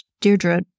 Deirdre